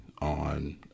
on